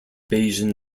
bayesian